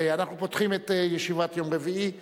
אנחנו פותחים את ישיבת יום רביעי בשאילתות.